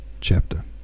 chapter